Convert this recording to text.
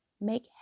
make